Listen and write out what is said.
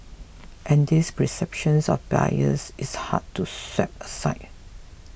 and this perception of bias is hard to sweep aside